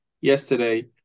yesterday